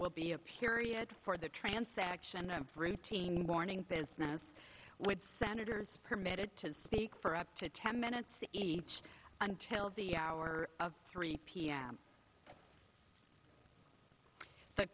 will be a period for the transaction the routine morning business with senators permitted to speak for up to ten minutes each until the hour of three p m the